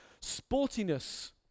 sportiness